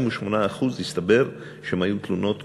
48% מהן הסתבר שהיו תלונות מוצדקות.